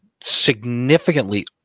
significantly